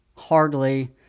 Hardly